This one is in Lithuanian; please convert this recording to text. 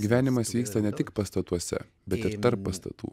gyvenimas vyksta ne tik pastatuose bet ir tarp pastatų